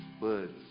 words